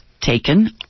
taken